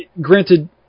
Granted